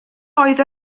oedd